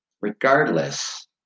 Regardless